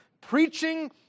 preaching